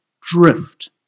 drift